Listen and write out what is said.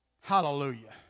Hallelujah